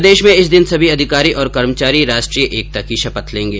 प्रदेश में इस दिन सभी अधिकारी और कर्मचारी राष्ट्रीय एकता की शपथ लेगें